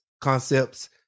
concepts